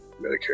Medicare